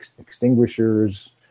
extinguishers